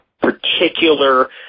particular